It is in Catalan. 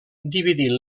dividint